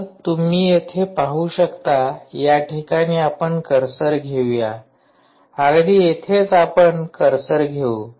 तर तुम्ही येथे पाहू शकता या ठिकाणी आपण कर्सर घेऊया अगदी इथेच आपण कर्सर घेऊ